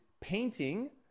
painting